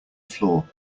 floor